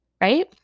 Right